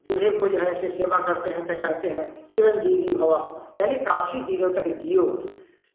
बूढ़े को जो से सेवा करते हैं तन्याते हैं चिरंजीवी भवः यानी काफ़ी दिनों तक जीओ